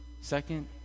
Second